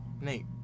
Nate